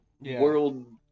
World